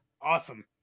Awesome